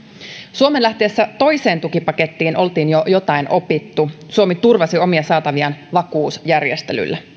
suomen lähtiessä toiseen tukipakettiin oltiin jo jotain opittu suomi turvasi omia saataviaan vakuusjärjestelyllä